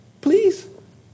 Please